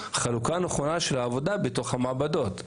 חלוקה נכונה של עבודה נכונה בתוך המעבדות.